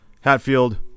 Hatfield